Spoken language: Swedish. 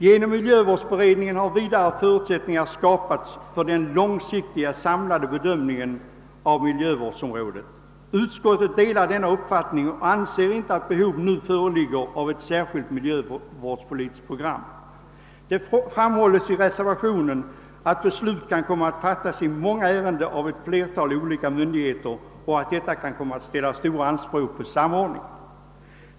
Genom miljövårdsberedningen har vidare förutsättningar skapats för den långsiktiga samlade bedömningen av hela miljövårdsområdet. Utskottet delar denna uppfattning och anser inte att behov nu föreligger av ett särskilt miljövårdspolitiskt program. Det framhålles i reservationen VII att beslut i många ärenden kan komma att fattas av ett flertal olika myndigheter och att detta kan ställa stora anspråk på samordning.